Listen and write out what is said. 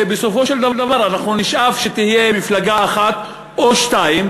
ובסופו של דבר אנחנו נשאף שתהיה מפלגה אחת או שתיים,